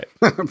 right